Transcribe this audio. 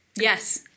Yes